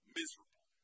miserable